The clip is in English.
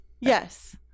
Yes